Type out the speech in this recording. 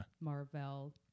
Marvel